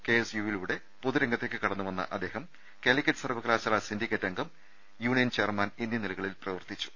കെഎസ്യുവിലൂടെ പൊതുരംഗ ത്തേക്ക് കടന്നുവന്ന അദ്ദേഹം കാലിക്കറ്റ് സർവ്വകലാശാല സിൻഡി ക്കേറ്റ് അംഗം യുണിയൻ ചെയർമാൻ എന്നീ നിലകളിൽ പ്രവർത്തി ച്ചു